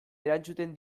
erantzuten